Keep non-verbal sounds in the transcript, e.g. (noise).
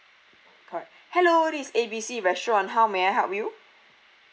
correct (breath) hello this is A B C restaurant how may I help you